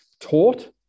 taught